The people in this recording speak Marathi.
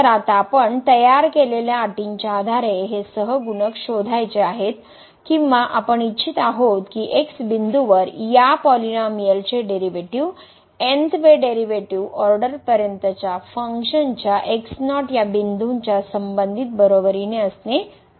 तर आता आपण तयार केलेल्या अटींच्या आधारे हे सहगुणक शोधायचे आहेत किंवा आपण इच्छित आहोत की x बिंदूवर या पॉलिनोमिअलनचे डेरीवेटीव n वे डेरीवेटीव ऑर्डरपर्यंतच्या फंक्शनच्या या बिंदूच्या संबंधित बरोबरीने असणे आवश्यक आहे